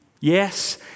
Yes